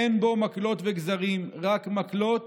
אין בו מקלות וגזרים, רק מקלות